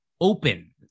Open